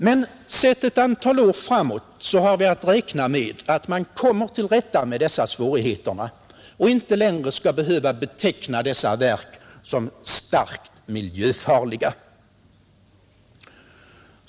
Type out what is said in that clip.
Men vi har att räkna med att man efter en tid kommer till rätta med dessa besvärligheter och inte längre behöver beteckna dessa verk som starkt miljöfarliga.